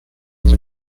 with